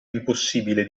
impossibile